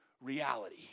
reality